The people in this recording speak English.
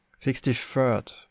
Sixty-third